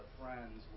friends